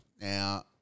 Now